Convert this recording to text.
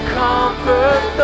comfort